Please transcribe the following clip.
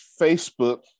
Facebook